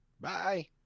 bye